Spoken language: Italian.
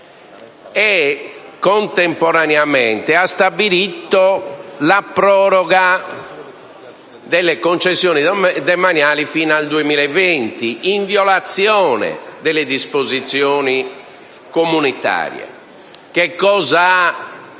Contemporaneamente, ha stabilito la proroga delle concessioni demaniali fino al 2020, in violazione delle disposizioni comunitarie. Quali